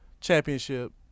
championship